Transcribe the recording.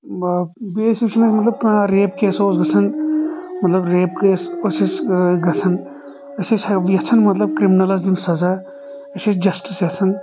بییٚہِ ٲسۍ وُچھان أسۍ مطلب کانٛہہ ریپ کیس اوس گژھان مطلب ریپ کیس اوس اسہِ گژھان أسۍ ٲسۍ یژھان مطلب کرمنلس دِیُن سزا أسۍ ٲسۍ جسٹٕس یژھان